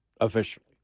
officially